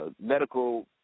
Medical